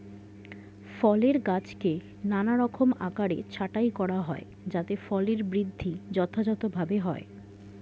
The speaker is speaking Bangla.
ফলের গাছকে নানারকম আকারে ছাঁটাই করা হয় যাতে ফলের বৃদ্ধি যথাযথভাবে হয়